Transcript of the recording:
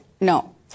No